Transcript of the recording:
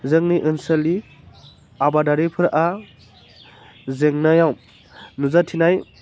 जोंनि ओनसोलनि आबादारिफोरआ जेंनायाव नुजाथिनाय